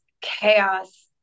chaos